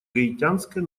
гаитянской